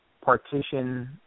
partition